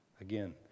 Again